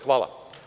Hvala.